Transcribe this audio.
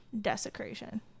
desecration